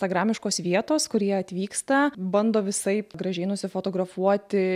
instagramiškos vietos kur jie atvyksta bando visaip gražiai nusifotografuoti